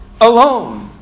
alone